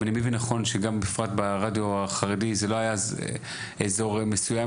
אם אני מבין נכון שגם בפרט ברדיו החרדי זה לא היה אזור מסוים,